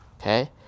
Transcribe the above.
okay